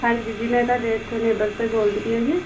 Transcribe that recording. ਹਾਂਜੀ ਜੀ ਮੈਂ ਤੁਹਾਡੇ ਇੱਥੋਂ ਨੇਬਰ ਤੋਂ ਹੀ ਬੋਲਦੀ ਪਈ ਹਾਂ ਜੀ